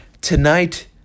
tonight